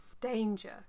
danger